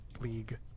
league